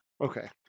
okay